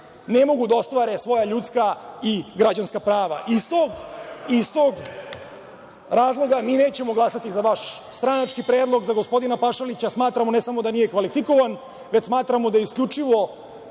ne mogu da ostvare svoja ljudska i građanska prava. Iz tog razloga mi nećemo glasati za vaš stranački predlog, za gospodina Pašalića. Smatramo, ne samo da nije kvalifikovan, već smatramo da je isključivo